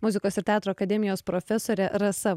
muzikos ir teatro akademijos profesorė rasa